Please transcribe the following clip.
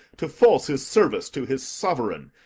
to false his service to his sovereign,